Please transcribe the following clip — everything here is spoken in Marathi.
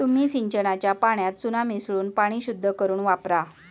तुम्ही सिंचनाच्या पाण्यात चुना मिसळून पाणी शुद्ध करुन वापरा